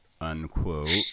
unquote